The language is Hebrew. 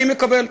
אני מקבל.